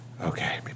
okay